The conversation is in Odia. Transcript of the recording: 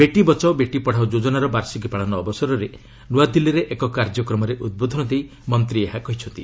ବେଟି ବଚାଓ ବେଟି ପଢ଼ାଓ ଯୋଜନାର ବାର୍ଷିକୀ ପାଳନ ଅବସରରେ ନ୍ତାଦିଲ୍ଲୀରେ ଏକ କାର୍ଯ୍ୟକ୍ରମରେ ଉଦ୍ବୋଧନ ଦେଇ ମନ୍ତ୍ରୀ ଏହା କହିଛନ୍ତି